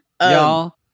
Y'all